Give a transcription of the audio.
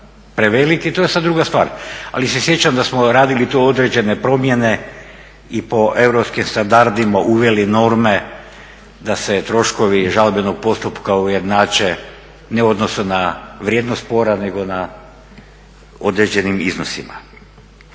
preveliki to je sad druga stvar, ali se sjećam da smo radili tu određene promjene i po europskim standardima uveli norme da se troškovi žalbenog postupka ujednače ne u odnosu na vrijednost spora nego na određenim iznosima.